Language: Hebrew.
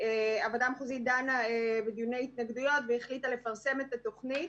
הוועדה המחוזית דנה בדיוני התנגדויות והחליטה לפרסם את התוכנית.